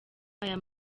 aya